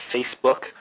Facebook